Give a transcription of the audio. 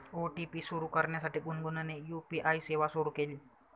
OTP सुरू करण्यासाठी गुनगुनने यू.पी.आय सेवा सुरू केली